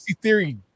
Theory